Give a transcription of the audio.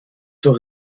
zur